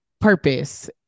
purpose